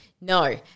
no